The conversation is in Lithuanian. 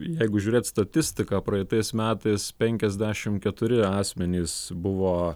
jeigu žiūrėt statistiką praeitais metais penkiasdešim keturi asmenys buvo